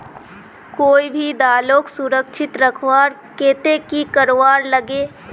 कोई भी दालोक सुरक्षित रखवार केते की करवार लगे?